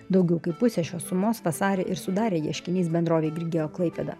daugiau kaip pusę šios sumos vasarį ir sudarė ieškinys bendrovei grigeo klaipėda